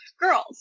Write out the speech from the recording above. girls